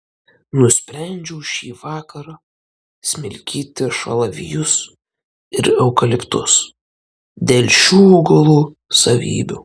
nusprendžiau šįvakar smilkyti šalavijus ir eukaliptus dėl šių augalų savybių